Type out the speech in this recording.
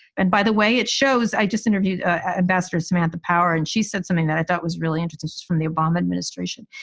and by the way, it shows i just interviewed ah ambassador samantha power and she said something that i thought was really interesting from the obama administration.